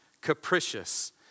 Capricious